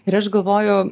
ir aš galvoju